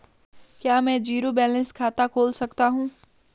क्या मैं zero balance खाता खोल सकता हूँ?